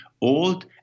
old